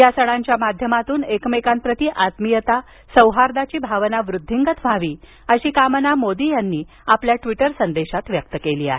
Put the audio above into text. या सणांच्या माध्यमातून एकमेकांप्रती आत्मीयता सौहार्दाची भावना वृद्धींगत व्हावी अशी कामना मोदी यांनी आपल्या ट्वीटर संदेशात व्यक्त केली आहे